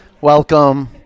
Welcome